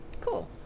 Cool